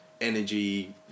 energy